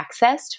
accessed